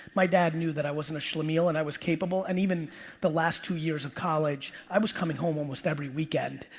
my dad knew that i wasn't a schlemiel and that i was capable. and even the last two years of college, i was coming home almost every weekend,